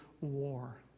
war